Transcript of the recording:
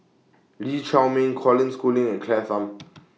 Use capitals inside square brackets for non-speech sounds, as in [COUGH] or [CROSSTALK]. Lee Chiaw Meng Colin Schooling and Claire Tham [NOISE]